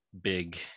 big